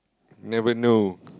never know